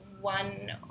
one